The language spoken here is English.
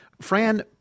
Fran